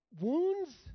wounds